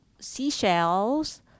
seashells